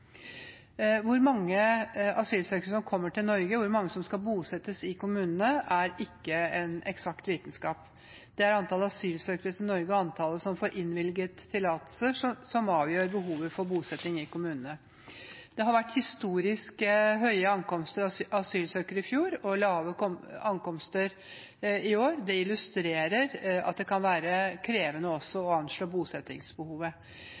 Hvor mange asylsøkere som kommer til Norge, og hvor mange som skal bosettes i kommunene, er ikke en eksakt vitenskap. Det er antallet asylsøkere i Norge og antallet som får innvilget tillatelse, som avgjør behovet for bosetting i kommunene. Det var historisk høye ankomsttall av asylsøkere i fjor, og det var lave ankomsttall i år. Det illustrerer at det kan være krevende